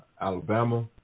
Alabama